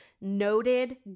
Noted